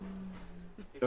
דורון.